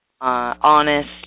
honest